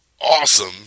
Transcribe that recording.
Awesome